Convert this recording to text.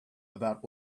about